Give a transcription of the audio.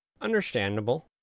Understandable